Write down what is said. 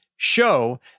show